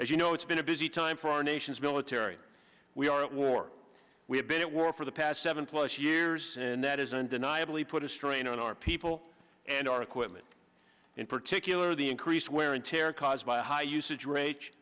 as you know it's been a busy time for our nation's military we are at war we have been at war for the past seven plus years and that is undeniably put a strain on our people and our equipment in particular the increased wear and tear caused by high usage ra